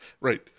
right